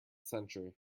century